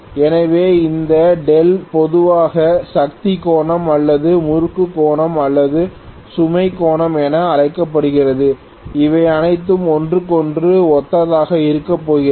எனவே இந்த δ பொதுவாக சக்தி கோணம் அல்லது முறுக்கு கோணம் அல்லது சுமை கோணம் என அழைக்கப்படுகிறது இவை அனைத்தும் ஒன்றுக்கொன்று ஒத்ததாக இருக்கிறது